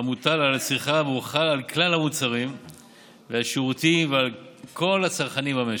המוטל על הצריכה והוא חל על כלל המוצרים והשירותים ועל כל הצרכנים במשק.